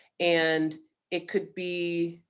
and it could be.